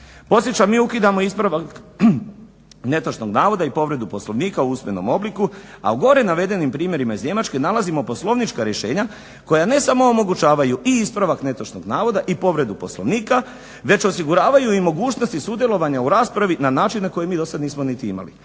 Podsjećam, mi ukidamo ispravak netočnog navoda i povredu Poslovnika u usmenom obliku a u gore navedenim primjerima iz Njemačke nalazimo poslovnička rješenja koja ne samo omogućavaju i ispravak netočnog navoda i povredu Poslovnika već osiguravaju i mogućnost i sudjelovanje u raspravi na način na koji do sada nismo niti imali.